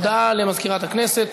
הודעה למזכירת הכנסת.